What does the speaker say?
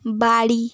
বাড়ি